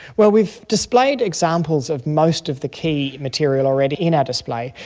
well, we've displayed examples of most of the key material already in our display,